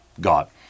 God